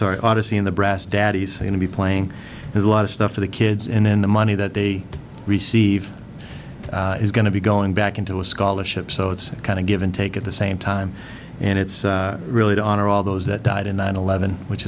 sorry odyssey in the brass daddy's going to be playing there's a lot of stuff for the kids and then the money that they receive is going to be going back into a scholarship so it's kind of give and take at the same time and it's really to honor all those that died in nine eleven which